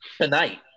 Tonight